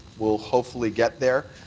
will hopefully get there.